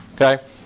Okay